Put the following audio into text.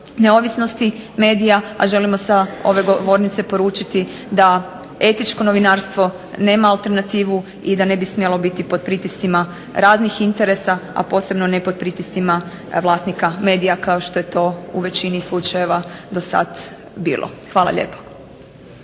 neovisnosti medija, a želimo sa ove govornice poručiti da etičko novinarstvo nema alternativu i da ne bi smjelo biti pod pritiscima raznih interesa, a posebno ne pod pritiscima vlasnika medija kao što je to u većini slučajeva dosad bilo. Hvala lijepo.